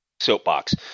Soapbox